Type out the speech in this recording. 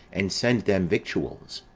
and send them victuals.